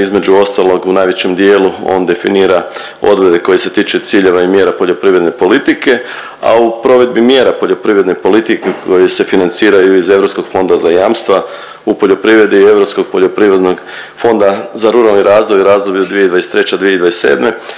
između ostalog u najvećem dijelu on definira odredbe koje se tiču ciljeva i mjera poljoprivredne politike, a u provedbi mjera poljoprivredne politike koje se financiraju iz Europskog fonda za jamstva u poljoprivredi i Europskog poljoprivrednog fonda za ruralni razvoj i razdoblju 2023.-2027.